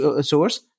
source